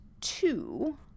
two